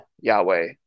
yahweh